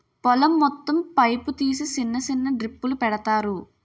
పొలం మొత్తం పైపు తీసి సిన్న సిన్న డ్రిప్పులు పెడతారు